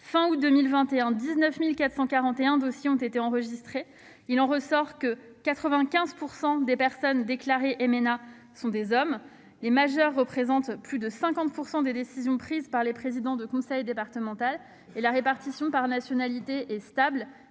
d'août 2021, sur 19 441 dossiers enregistrés, 95 % des personnes déclarées comme MNA sont des hommes. Les majeurs représentent plus de 50 % des décisions prises par les présidents de conseils départementaux. La répartition par nationalité et stable